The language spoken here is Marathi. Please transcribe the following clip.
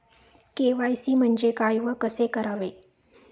के.वाय.सी म्हणजे काय व कसे करावे?